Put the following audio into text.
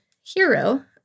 hero